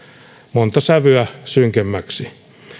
monta sävyä synkemmäksi